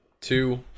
two